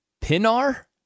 Pinar